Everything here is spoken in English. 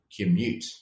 commute